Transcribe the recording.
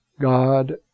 God